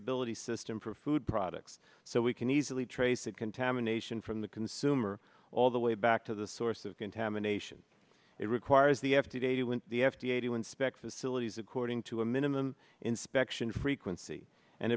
ability system for food products so we can easily trace that contamination from the consumer all the way back to the source of contamination it requires the f d a to win the f d a to inspect facilities according to a minimum inspection frequency and